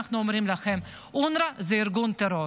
אנחנו אומרים לכם: אונר"א זה ארגון טרור.